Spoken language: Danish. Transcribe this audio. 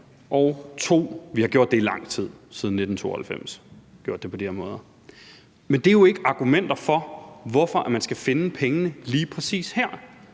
det på de her måder i lang tid, altså siden 1992. Men det er jo ikke argumenter for, at man skal finde pengene lige præcis her.